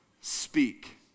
speak